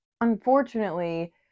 unfortunately